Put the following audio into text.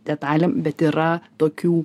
detalėm bet yra tokių